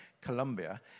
Colombia